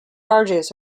charges